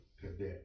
cadet